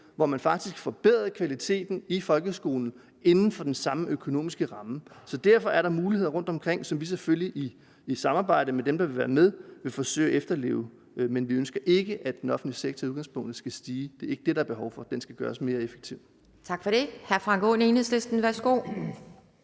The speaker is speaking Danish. hvormed man faktisk forbedrede kvaliteten i folkeskolen inden for den samme økonomiske ramme. Så derfor er der muligheder rundtomkring, som vi selvfølgelig i samarbejde med dem, der vil være med, vil forsøge at udnytte. Men vi ønsker ikke som udgangspunkt, at den offentlige sektor skal vokse. Det er ikke det, der er behov for. Den skal gøres mere effektiv. Kl. 13:13 Anden næstformand